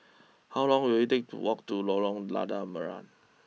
how long will it take to walk to Lorong Lada Merah